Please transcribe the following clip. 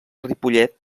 ripollet